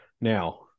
Now